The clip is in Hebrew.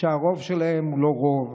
שהרוב שלהם הוא לא רוב,